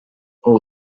all